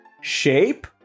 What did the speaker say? shape